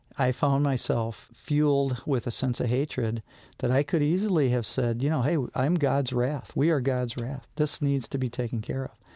i found myself fueled with a sense of hatred that i could easily have said, you know, hey, i'm god's wrath. we are god's wrath. this needs to be taken care of